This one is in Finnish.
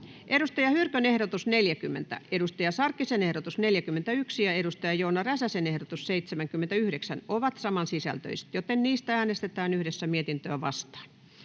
Saara Hyrkön ehdotus 40, Hanna Sarkkisen ehdotus 41 ja Joona Räsäsen ehdotus 79 ovat saman sisältöisiä, joten niistä äänestetään yhdessä mietintöä vastaan.